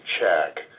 check